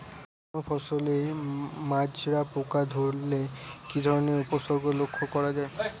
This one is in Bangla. কোনো ফসলে মাজরা পোকা ধরলে কি ধরণের উপসর্গ লক্ষ্য করা যায়?